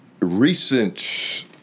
recent